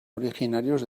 originarios